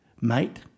mate